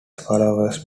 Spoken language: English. followers